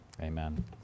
Amen